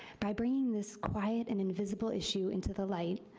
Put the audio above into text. by bringing this quiet and invisible issue into the light,